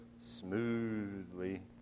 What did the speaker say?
smoothly